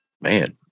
man